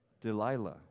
Delilah